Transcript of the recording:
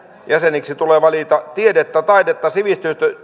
jäseniksi tulee valita tiedettä taidetta sivistystyötä